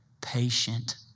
patient